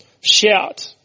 shout